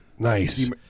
Nice